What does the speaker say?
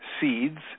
seeds